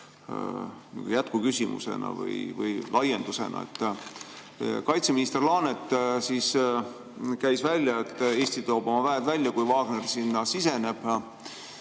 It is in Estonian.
jätkuküsimuse või laiendusena. Kaitseminister Laanet käis välja, et Eesti toob oma [sõdurid Malist] välja, kui Wagner sinna siseneb.